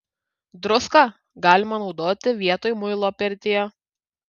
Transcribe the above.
druską galima naudoti vietoj muilo pirtyje